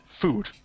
food